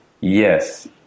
yes